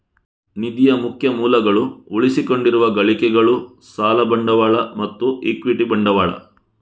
ನಿಧಿಯ ಮುಖ್ಯ ಮೂಲಗಳು ಉಳಿಸಿಕೊಂಡಿರುವ ಗಳಿಕೆಗಳು, ಸಾಲ ಬಂಡವಾಳ ಮತ್ತು ಇಕ್ವಿಟಿ ಬಂಡವಾಳ